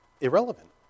irrelevant